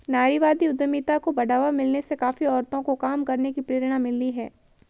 नारीवादी उद्यमिता को बढ़ावा मिलने से काफी औरतों को काम करने की प्रेरणा मिली है